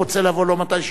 לא מתי שיאמרו לו,